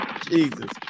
Jesus